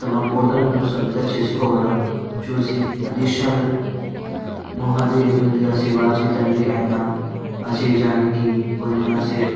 తమ కోటలను సొంతం చేసుకోవడం చూసి ఆతిబల మహాధీరుడిగా శివాజీ తండ్రి అయిన ఆశిజానికి పొందిన